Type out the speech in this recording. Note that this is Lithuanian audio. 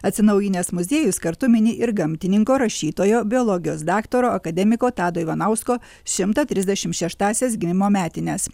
atsinaujinęs muziejus kartu mini ir gamtininko rašytojo biologijos daktaro akademiko tado ivanausko šimtą trisdešim šeštąsias gimimo metines